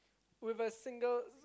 with a single